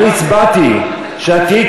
אני הצבעתי שאת תהיי,